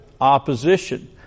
Opposition